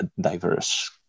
diverse